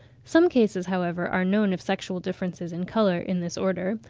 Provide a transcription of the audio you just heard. some cases, however, are known of sexual differences in colour in this order.